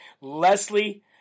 Leslie